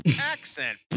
accent